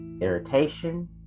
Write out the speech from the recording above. irritation